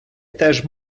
теж